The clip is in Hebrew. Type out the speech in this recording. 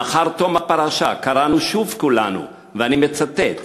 לאחר תום הפרשה, קראנו שוב כולנו, ואני מצטט: